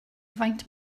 faint